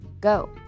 go